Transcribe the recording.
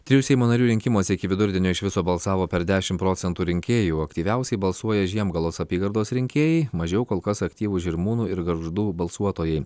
trijų seimo narių rinkimuose iki vidurdienio iš viso balsavo per dešimt procentų rinkėjų aktyviausiai balsuoja žiemgalos apygardos rinkėjai mažiau kol kas aktyvūs žirmūnų ir gargždų balsuotojai